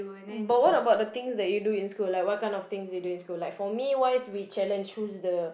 but what about the things that you do in school like what kind of things you do in school like for me wise we challenge who's the